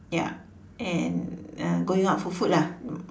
ya and uh going out for food lah